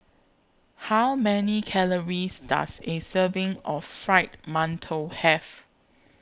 How Many Calories Does A Serving of Fried mantou Have